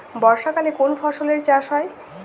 বর্ষাকালে কোন ফসলের চাষ হয়?